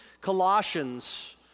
Colossians